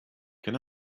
can